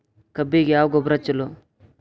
ಕಬ್ಬಿಗ ಯಾವ ಗೊಬ್ಬರ ಛಲೋ?